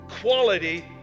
quality